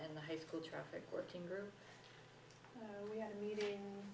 in the high school traffic working group we had a meeting